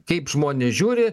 kaip žmonės žiūri